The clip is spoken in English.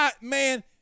Man